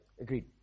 Agreed